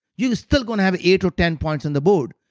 you're still going to have eight or ten points on the board.